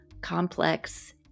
complex